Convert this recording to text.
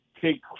take